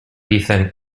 dicen